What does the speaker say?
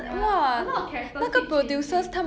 ya a lot of the characters keep changing